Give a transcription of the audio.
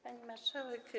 Pani Marszałek!